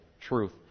truth